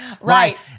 Right